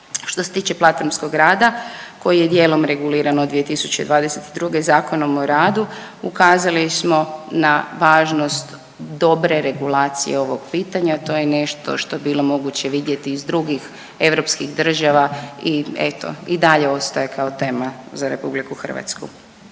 Što se tiče platformskog rada koji je dijelom reguliran od 2022. Zakonom o radu ukazali smo na važnost dobre regulacije ovog pitanja. To je nešto što je bilo moguće vidjeti iz drugih europskih država i eto i dalje ostaje kao tema za Republiku Hrvatsku.